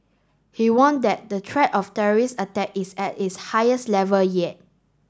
he warned that the threat of terrorist attack is at its highest level yet